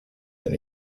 than